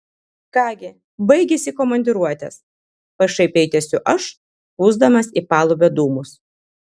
ką gi baigėsi komandiruotės pašaipiai tęsiu aš pūsdamas į palubę dūmus